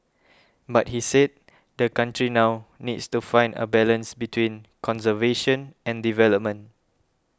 but he said the country now needs to find a balance between conservation and development